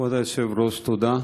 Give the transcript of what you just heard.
כבוד היושב-ראש, תודה,